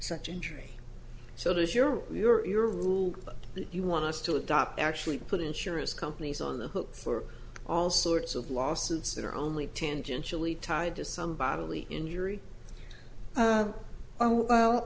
such injury so there's your you're rule that you want us to adopt actually put insurance companies on the hook for all sorts of lawsuits that are only tangentially tied to some bodily injury oh well